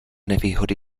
nevýhody